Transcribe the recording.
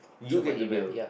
you get the bill